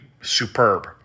superb